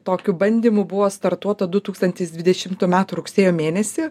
tokiu bandymu buvo startuota du tūkstantis dvidešimtų metų rugsėjo mėnesį